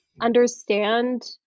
understand